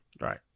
Right